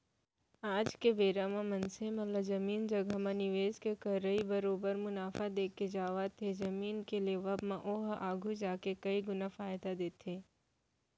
आज के बेरा म मनसे ला जमीन जघा म निवेस के करई बरोबर मुनाफा देके जावत हे जमीन के लेवब म ओहा आघु जाके कई गुना फायदा देथे